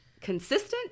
consistent